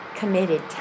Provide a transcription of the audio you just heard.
committed